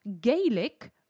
Gaelic